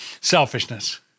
selfishness